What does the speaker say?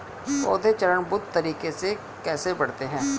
पौधे चरणबद्ध तरीके से कैसे बढ़ते हैं?